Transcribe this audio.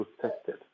protected